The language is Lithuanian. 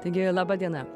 taigi laba diena